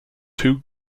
two